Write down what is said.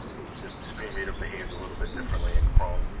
ah the the screen reader behaves a little bit differently in chrome.